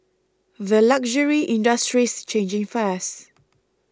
the luxury industry's changing fast